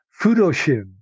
Fudoshin